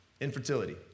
Infertility